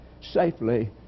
safely